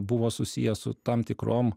buvo susiję su tam tikrom